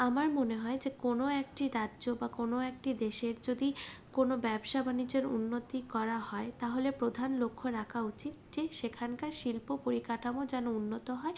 আমার মনে হয় যে কোনো একটি রাজ্য বা কোনো একটি দেশের যদি কোনো ব্যবসা বাণিজ্যের উন্নতি করা হয় তাহলে প্রধান লক্ষ্য রাখা উচিত যে সেখানকার শিল্প পরিকাঠামো যেন উন্নত হয়